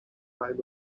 primary